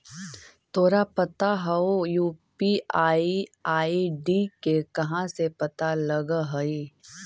तोरा पता हउ, यू.पी.आई आई.डी के कहाँ से पता लगऽ हइ?